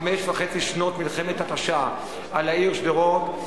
חמש שנים וחצי של מלחמת התשה על העיר שדרות,